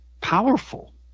powerful